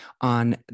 on